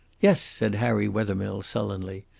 yes, said harry wethermill sullenly.